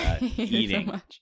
eating